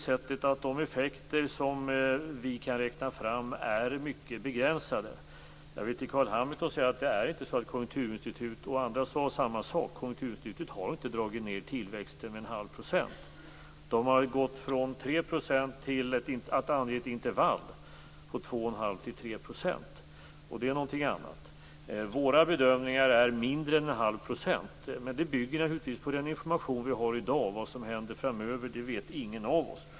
Men de effekter som vi kan räkna fram är mycket begränsade. Jag vill säga till Carl Hamilton att Konjunkturinstitutet och andra inte har sagt samma sak. Konjunkturinstitutet har inte dragit ned tillväxten med 0,5 %. De har gått från 3 % till att ange ett intervall på 2,5 3 %. Det är något annat. Våra bedömningar är att det blir mindre än 0,5 %. Det bygger naturligtvis på den information vi har i dag, och vad som händer framöver vet ingen av oss.